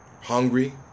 hungry